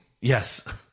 Yes